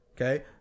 Okay